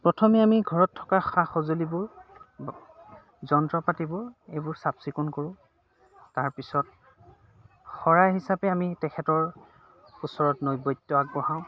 প্ৰথমে আমি ঘৰত থকা সা সঁজুলিবোৰ যন্ত্ৰ পাতিবোৰ এইবোৰ চাফ চিকুণ কৰোঁ তাৰপিছত শৰাই হিচাপে আমি তেখেতৰ ওচৰত নৈবত্য আগবঢ়াওঁ